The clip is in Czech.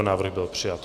Návrh byl přijat.